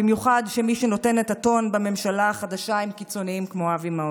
במיוחד כשמי שנותן את הטון בממשלה החדשה הם קיצונים כמו אבי מעוז.